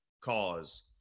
cause